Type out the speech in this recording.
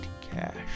cash